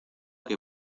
que